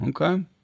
okay